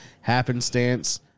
Happenstance